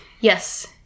Yes